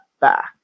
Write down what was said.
back